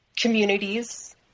communities